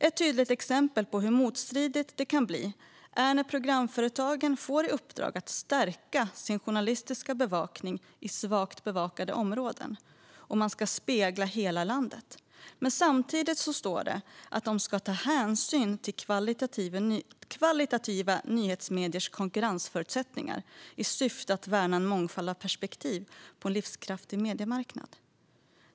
Ett tydligt exempel på hur motstridigt det kan bli är när programföretagen får i uppdrag att stärka sin journalistiska bevakning i svagt bevakade områden och spegla hela landet men samtidigt ska "ta hänsyn till kvalitativa nyhetsmediers konkurrensförutsättningar för att främja en mångfald av perspektiv på en livskraftig mediemarknad".